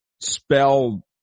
spell